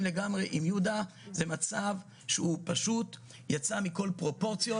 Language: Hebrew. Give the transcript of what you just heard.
לגמרי עם יהודה שזה מצב שהוא פשוט יצא מכל פרופורציות.